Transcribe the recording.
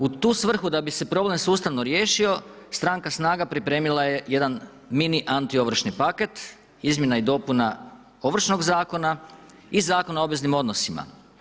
U tu svrhu da bi se problem sustavno riješio, stranka SNAGA, pripremila je jedan mini antiovršni paket, izmjena i dopuna Ovršnog zakona i Zakona o obveznim odnosima.